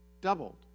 Doubled